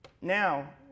Now